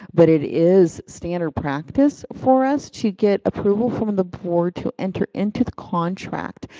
but it is standard practice for us to get approval from the board to enter into the contract.